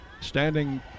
standing